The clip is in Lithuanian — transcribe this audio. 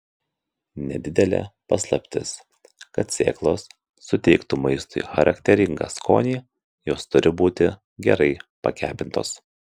nedidelė paslaptis kad sėklos suteiktų maistui charakteringą skonį jos turi būti gerai pakepintos